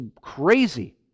crazy